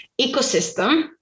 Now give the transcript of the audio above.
ecosystem